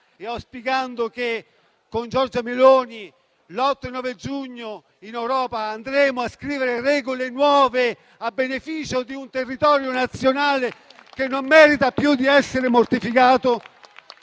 e auspicando che con Giorgia Meloni l'8 e il 9 giugno in Europa andremo a scrivere regole nuove a beneficio di un territorio nazionale che non merita più di essere mortificato